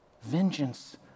vengeance